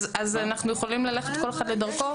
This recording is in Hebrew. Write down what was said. אז אנחנו יכולים ללכת כל אחד לדרכו?